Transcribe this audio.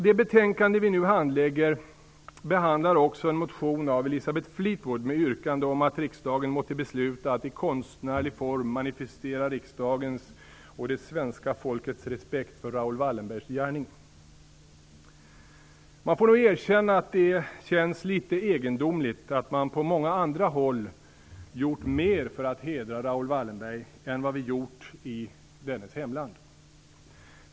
Det betänkande vi nu handlägger behandlar också en motion av Elisabeth Fleetwood med yrkande om att riksdagen måtte besluta att i konstnärlig form manifestera riksdagens och det svenska folkets respekt för Raoul Wallenbergs gärning. Man får nog erkänna att det känns litet egendomligt att man på många andra håll gjort mer för att hedra Raoul Wallenberg än vad vi har gjort i dennes hemland.